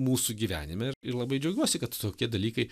mūsų gyvenime ir ir labai džiaugiuosi kad tokie dalykai